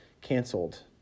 canceled